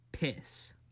Piss